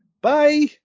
Bye